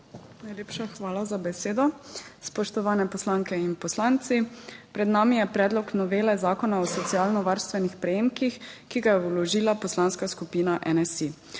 Najlepša hvala za besedo. Spoštovane poslanke in poslanci! Pred nami je predlog novele Zakona o socialno varstvenih prejemkih, ki ga je vložila Poslanska skupina NSi.